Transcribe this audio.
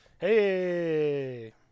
Hey